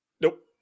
Nope